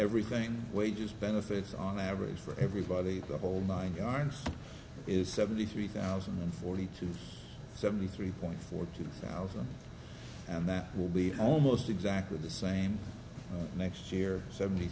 everything wages benefits on average for everybody the whole nine yards is seventy three thousand and forty two seventy three point four two thousand and that will be almost exactly the same next year seventy